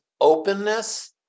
openness